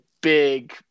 big